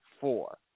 four